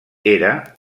era